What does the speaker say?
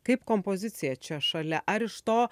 kaip kompozicija čia šalia ar iš to